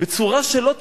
בצורה שלא תיאמן.